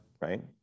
right